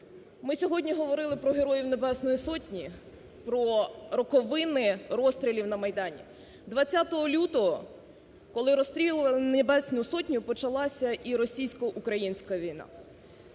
Ми сьогодні говорили про Героїв Небесної Сотні, про роковини розстрілів на Майдані. 20 лютого, коли розстрілювали Небесну Сотню, почалася і російсько-українська війна.